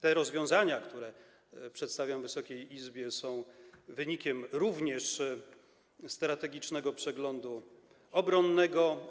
Te rozwiązania, które przedstawiam Wysokiej Izbie, są wynikiem również strategicznego przeglądu obronnego.